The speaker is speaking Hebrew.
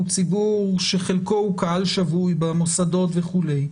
ציבור שחלקו ה וא קהל שבוי במוסדות וכולי,